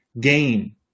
gain